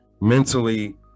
mentally